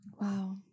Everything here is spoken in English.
Wow